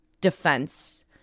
defense